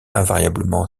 invariablement